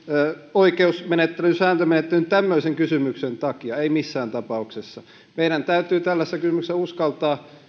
oikeusmenettelyyn sääntömenettelyyn tämmöisen kysymyksen takia ei missään tapauksessa meidän täytyy tällaisessa kysymyksessä uskaltaa